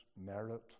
merit